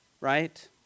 Right